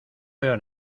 veo